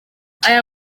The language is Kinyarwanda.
aya